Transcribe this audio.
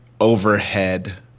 overhead